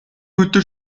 өдөр